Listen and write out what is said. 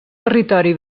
territori